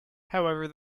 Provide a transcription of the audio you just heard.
however